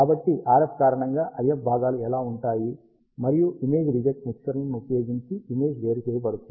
కాబట్టి RF కారణంగా IF భాగాలు ఎలా ఉంటాయి మరియు ఇమేజ్ రిజెక్ట్ మిక్సర్లను ఉపయోగించి ఇమేజ్ వేరు చేయబడుతుంది